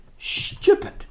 stupid